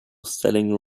selling